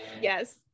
yes